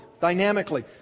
Dynamically